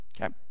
okay